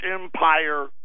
Empire